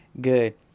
good